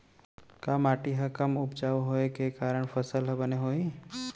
का माटी हा कम उपजाऊ होये के कारण फसल हा बने होही?